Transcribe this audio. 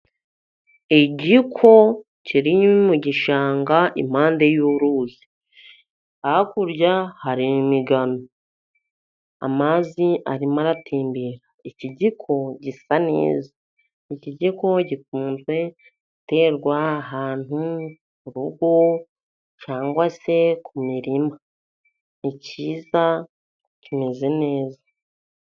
Igiko kiri mu gishanga impande y'uruzi, hakurya hari imigano amazi arimo aratembera, igiko gisa neza igiko gikunze guterwa ahantu ku rugo cyangwa se ku mirima ni kiza kimeze neza.